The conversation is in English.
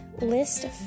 list